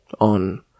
on